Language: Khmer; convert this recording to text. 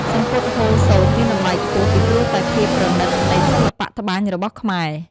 សំពត់ហូលសូត្រមានតម្លៃខ្ពស់ ពីព្រោះតែភាពប្រណិតនៃសិល្បៈត្បាញរបស់ខ្មែរ។